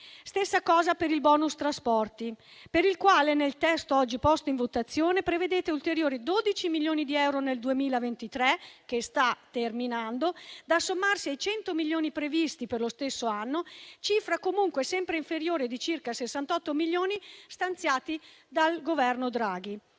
Stessa cosa per il *bonus* trasporti, per il quale nel testo oggi posto in votazione prevedete ulteriori 12 milioni di euro nel 2023, che sta terminando, da sommarsi ai 100 milioni previsti per lo stesso anno, cifra comunque sempre inferiore di circa 68 milioni rispetto a quella stanziata dal Governo Draghi.